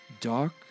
Dark